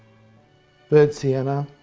burnt senna,